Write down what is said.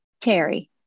Terry